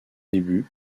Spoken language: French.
début